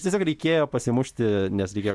tiesiog reikėjo pasimušti nes reikėjo